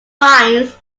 vines